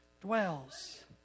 dwells